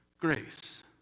grace